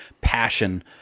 passion